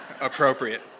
appropriate